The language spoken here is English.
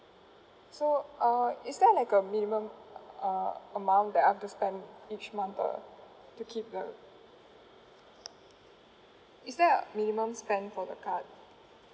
so uh is there like a minimum uh amount that I've to spend each month uh to keep the is there a minimum spend for the card